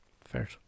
fair